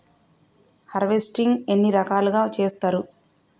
Harvesting ఎన్ని రకాలుగా చేస్తరు?